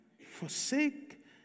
forsake